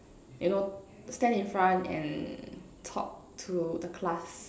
you know stand in front and talk to the class